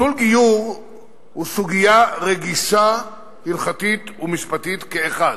ביטול גיור הוא סוגיה רגישה, הלכתית ומשפטית כאחד.